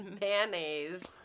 mayonnaise